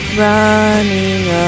running